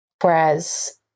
Whereas